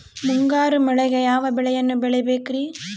ಮುಂಗಾರು ಮಳೆಗೆ ಯಾವ ಬೆಳೆಯನ್ನು ಬೆಳಿಬೇಕ್ರಿ?